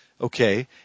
okay